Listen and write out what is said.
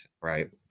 right